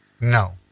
No